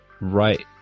right